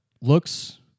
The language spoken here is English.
looks